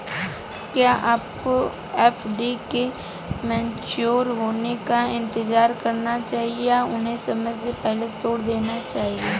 क्या आपको एफ.डी के मैच्योर होने का इंतज़ार करना चाहिए या उन्हें समय से पहले तोड़ देना चाहिए?